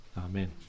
amen